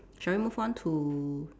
shall we move on to